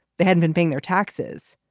they had been paying their taxes.